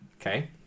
Okay